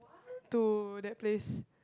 to that place